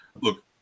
Look